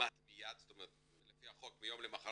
כמעט מיד, לפי החוק הם יכולים ביום למחרת